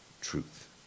truth